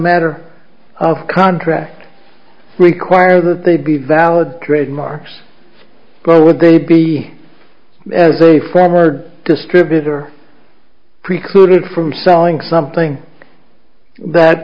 matter of contract require that they be valid trademarks but would they be as a former distributor precluded from selling something that